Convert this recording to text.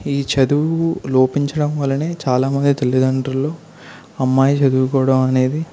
ఈ చదువు లోపించడం వల్లనే చాలామంది తల్లిదండ్రులు అమ్మాయి చదువుకోవడం అనేది